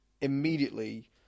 immediately